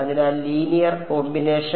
അതിനാൽ linear combination